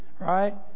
right